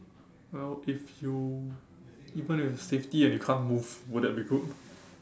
well if you even if it's safety and you can't move will that be good